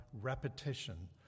repetition